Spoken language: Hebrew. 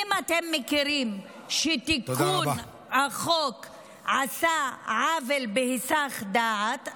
אם אתם מכירים בכך שתיקון החוק עשה עוול בהיסח דעת,